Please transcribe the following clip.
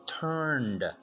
turned